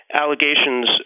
allegations